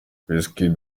wizkid